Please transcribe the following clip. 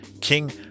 King